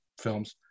films